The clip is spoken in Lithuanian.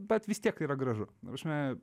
bet vis tiek yra gražu ta prasme